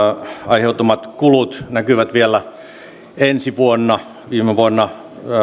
aiheuttamat kulut näkyvät vielä ensi vuonna viime vuonna